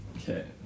Okay